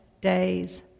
days